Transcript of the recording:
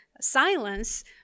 silence